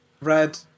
red